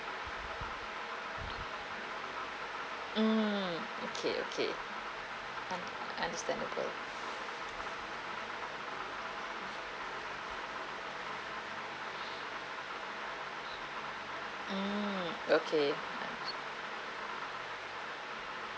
mm okay okay un~ understandable mm okay